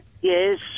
Yes